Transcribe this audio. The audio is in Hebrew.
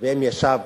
ואם ישב,